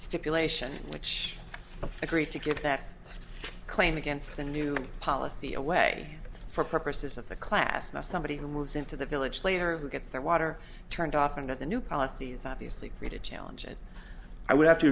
stipulation which i agree to get that claim against the new policy away for purposes of the class not somebody who moves into the village later who gets their water turned off and at the new policy is obviously free to challenge it i would have to